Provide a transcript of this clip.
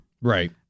Right